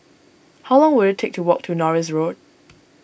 how long will it take to walk to Norris Road